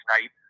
night